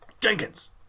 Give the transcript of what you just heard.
Jenkins